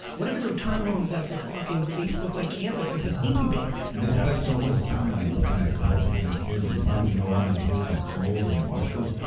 what if it's a retirement home that's like a fuckin' facebook like campus, it's an incubator. and they spend so much time like looking at clothes for their kids, they probably know all the deals at kohl's and marshall's.